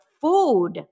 food